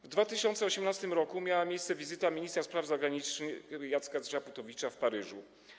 W 2018 r. miała miejsce wizyta ministra spraw zagranicznych Jacka Czaputowicza w Paryżu.